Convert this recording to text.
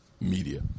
Media